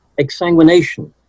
exsanguination